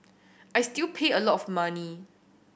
I still pay a lot of money